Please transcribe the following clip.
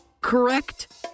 correct